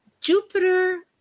Jupiter